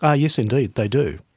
ah yes indeed, they do.